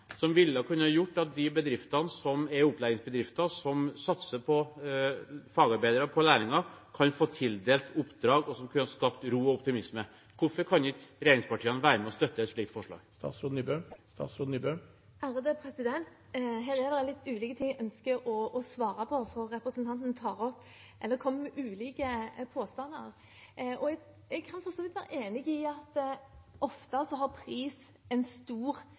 som kunne gjort at opplæringsbedrifter, som satser på fagarbeidere og lærlinger, kunne fått tildelt oppdrag og skapt ro og optimisme. Hvorfor kan ikke regjeringspartiene være med og støtte et slikt forslag? Her er det litt ulike ting jeg ønsker å svare på, for representanten kommer med ulike påstander. Jeg kan for så vidt være enig i at ofte har pris stor betydning i anskaffelser, og kanskje til og med for stor